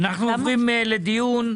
אנו עוברים לדיון.